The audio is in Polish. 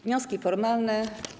Wnioski formalne.